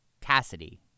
Cassidy